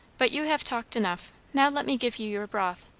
but you have talked enough. now let me give you your broth.